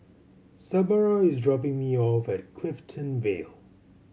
Sabra is dropping me off at Clifton Vale